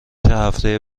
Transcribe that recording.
هفته